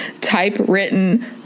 typewritten